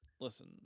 listen